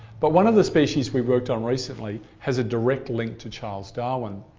but one of the species we worked on recently has a direct link to charles darwin.